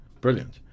brilliant